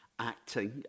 acting